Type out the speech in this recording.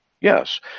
Yes